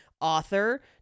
author